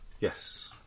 yes